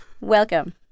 Welcome